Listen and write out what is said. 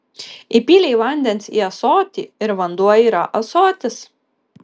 įpylei vandens į ąsotį ir vanduo yra ąsotis